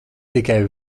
tikai